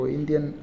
Indian